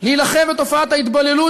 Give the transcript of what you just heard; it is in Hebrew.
להילחם בתופעת ההתבוללות,